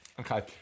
okay